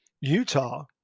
Utah